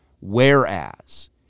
Whereas